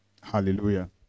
hallelujah